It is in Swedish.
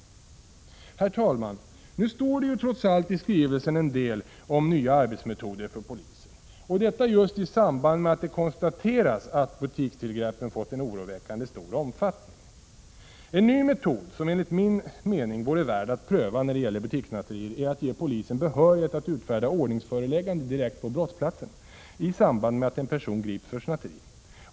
Herr talman! Nu står det ju trots allt i skrivelsen en del om nya arbetsmetoder för polisen, och detta just i samband med att det konstateras att butikstillgreppen fått en ”oroväckande stor omfattning”. En ny metod som enligt min mening vore värd att pröva när det gäller butikssnatterier är att ge polisen behörighet att utfärda ordningsföreläggande direkt på brottsplatsen — i samband med att en person grips för snatteri.